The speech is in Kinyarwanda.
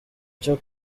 cyo